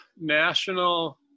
national